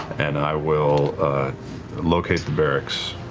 and i will locate the barracks.